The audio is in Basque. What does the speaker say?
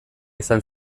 izan